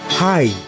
Hi